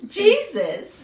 jesus